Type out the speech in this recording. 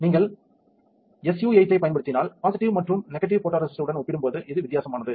நீங்கள் SU8 ஐப் பயன்படுத்தினால் பாசிட்டிவ் மற்றும் நெகடிவ் போடோரெசிஸ்ட் உடன் ஒப்பிடும்போது இது வித்தியாசமானது